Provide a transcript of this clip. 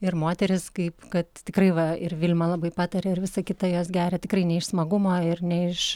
ir moteris kaip kad tikrai va ir vilma labai patarė ir visa kita jos geria tikrai ne iš smagumo ir ne iš